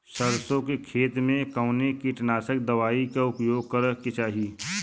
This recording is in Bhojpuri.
सरसों के खेत में कवने कीटनाशक दवाई क उपयोग करे के चाही?